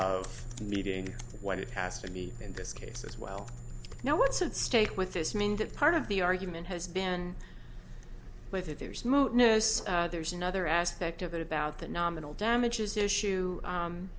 of meeting what it has to be in this case as well now what's at stake with this mean that part of the argument has been with if there's another aspect of it about the nominal damages issue